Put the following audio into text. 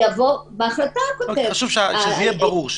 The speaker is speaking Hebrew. הוא כותב בהחלטה --- חשוב שזה יהיה ברור.